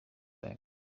bag